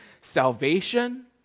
salvation